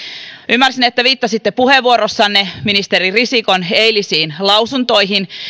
ymmärsin että viittasitte puheenvuorossanne ministeri risikon eilisiin lausuntoihin